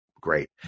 great